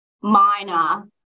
minor